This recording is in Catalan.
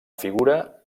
figura